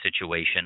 situation